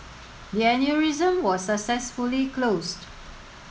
the aneurysm was successfully closed